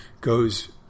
Goes